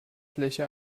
fläche